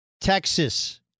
Texas